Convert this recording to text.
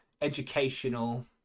educational